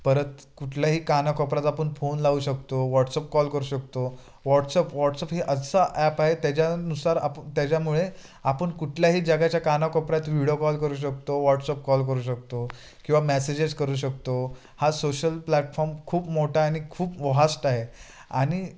परत कुठल्याही काना कोपऱ्यात आपण फोन लावू शकतो व्हॉट्सअप कॉल करू शकतो वॉट्सअप व्हॉट्सअप हे असा ॲप आहे त्याच्यानुसार आप त्याच्यामुळे आपण कुठल्याही जगाच्या काना कोपऱ्यात व्हिडिओ कॉल करू शकतो व्हॉट्सअप कॉल करू शकतो किंवा मॅसेजेस करू शकतो हा सोशल प्लॅटफॉर्म खूप मोठा आणि खूप व्हास्ट आहे आणि